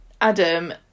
Adam